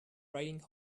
riding